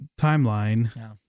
timeline